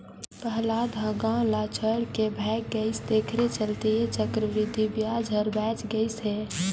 पहलाद ह गाव ल छोएड के भाएग गइस तेखरे चलते ऐ चक्रबृद्धि बियाज हर बांएच गइस हे